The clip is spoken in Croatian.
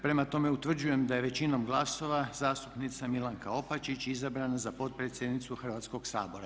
Prema tome utvrđujem da je većinom glasova zastupnica Milanka Opačić izabrana za potpredsjednicu Hrvatskoga sabora.